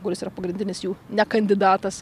kuris yra pagrindinis jų ne kandidatas